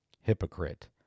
Hypocrite